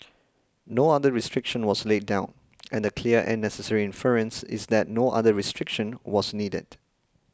no other restriction was laid down and the clear and necessary inference is that no other restriction was needed